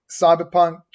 cyberpunk